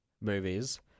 movies